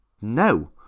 No